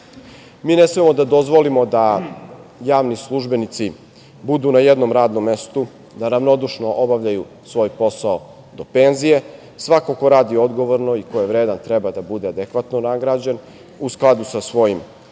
ne smemo da dozvolimo da javni službenici budu na jednom radom mestu, da ravnodušno obavljaju svoj posao do penzije. Svako ko radi odgovorno i ko je vredan treba da bude adekvatno nagrađen, u skladu sa svojim